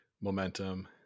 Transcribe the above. momentum